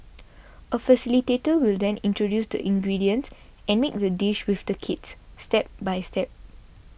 a facilitator will then introduce the ingredients and make the dish with the kids step by step